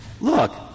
look